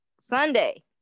Sunday